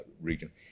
region